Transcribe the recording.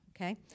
okay